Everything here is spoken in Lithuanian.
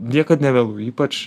niekad nevėlu ypač